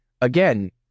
again